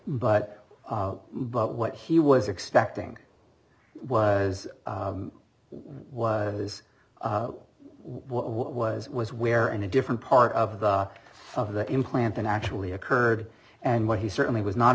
but but what he was expecting was was what was was where in a different part of the of the implant than actually occurred and what he certainly was not